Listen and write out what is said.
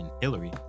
Hillary